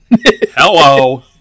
Hello